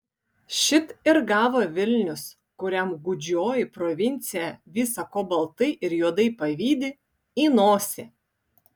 šit ir gavo vilnius kuriam gūdžioji provincija visa ko baltai ir juodai pavydi į nosį